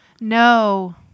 No